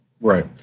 right